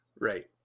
Right